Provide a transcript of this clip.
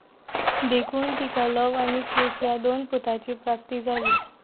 देखून तिका लव आनी कुश ह्या दोन पुतांची प्राप्ती जाली